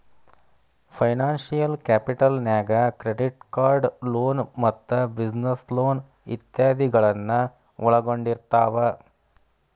financial capital ನ್ಯಾಗ್ credit card loan ಮತ್ತ business loan ಇತಾದಿಗಳನ್ನ ಒಳ್ಗೊಂಡಿರ್ತಾವ